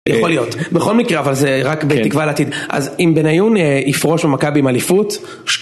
יכול להיות. בכל מקרה, אבל זה רק בתקווה לעתיד. אז אם בניון יפרוש ממכבי עם אליפות...